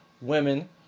women